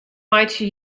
meitsje